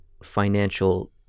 Financial